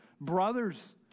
brothers